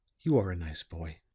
you are a nice boy.